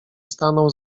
stanął